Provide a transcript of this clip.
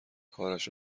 کارش